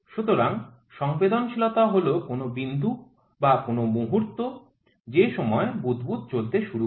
সুতরাং সংবেদনশীলতা হল কোন বিন্দু বা কোন মুহুর্ত যে সময়ে বুদবুদ চলতে শুরু করে